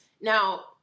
Now